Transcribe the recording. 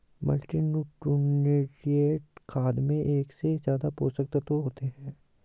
multinutrient खाद में एक से ज्यादा पोषक तत्त्व होते है